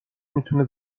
میتونه